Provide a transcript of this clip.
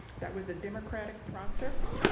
that was a democratic process,